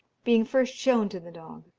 being first shown to the dog.